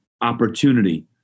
opportunity